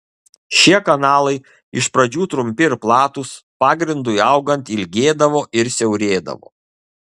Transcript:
šie kanalai iš pradžių trumpi ir platūs pagrindui augant ilgėdavo ir siaurėdavo